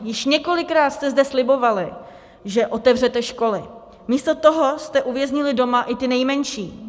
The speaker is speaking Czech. Již několikrát jste zde slibovali, že otevřete školy, místo toho jste uvěznili doma i ty nejmenší.